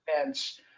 events